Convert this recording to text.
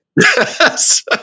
Yes